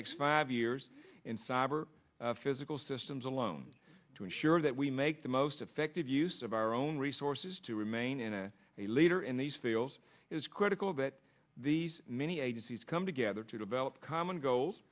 next five years in cyber physical systems alone to ensure that we make the most effective use of our own resources to remain in a a leader in these fields is critical that these many agencies come together to develop common goals